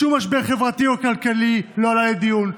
שום משבר חברתי או כלכלי לא עלה לדיון,